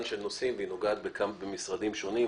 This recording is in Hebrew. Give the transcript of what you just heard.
של נושאים והיא נוגעת במשרדים שונים,